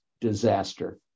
disaster